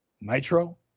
Nitro